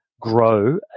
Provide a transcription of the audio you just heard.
grow